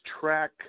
track